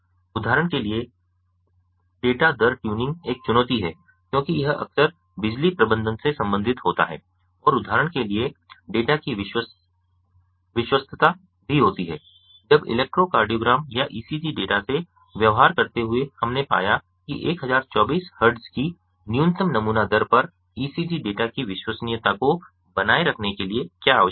उदाहरण के लिए डेटा दर ट्यूनिंग एक चुनौती है क्योंकि यह अक्सर बिजली प्रबंधन से संबंधित होता है और उदाहरण के लिए डेटा की विश्वस्तता भी होती है जब इलेक्ट्रोकार्डियोग्राम या ईसीजी डेटा से व्यवहार करते हुए हमने पाया कि 1024 हर्ट्ज की न्यूनतम नमूना दर पर ईसीजी डेटा की विश्वसनीयता को बनाए रखने के लिए क्या आवश्यक था